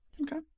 Okay